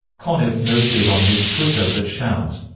conniff noted on his twitter that shout!